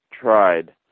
tried